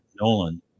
Nolan